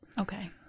okay